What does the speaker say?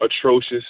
atrocious